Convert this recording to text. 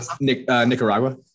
Nicaragua